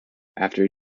after